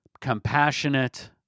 compassionate